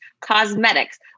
Cosmetics